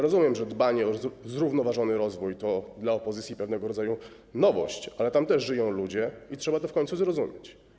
Rozumiem, że dbanie o zrównoważony rozwój to dla opozycji pewnego rodzaju nowość, ale tam też żyją ludzie i trzeba to w końcu zrozumieć.